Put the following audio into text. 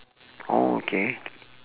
oh okay